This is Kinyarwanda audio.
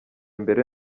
mbere